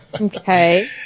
Okay